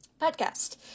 podcast